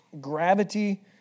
Gravity